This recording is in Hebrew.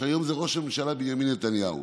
שהיום זה ראש הממשלה בנימין נתניהו.